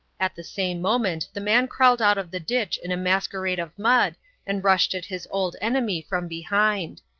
at the same moment the man crawled out of the ditch in a masquerade of mud and rushed at his old enemy from behind.